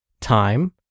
time